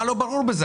מה לא ברור בזה?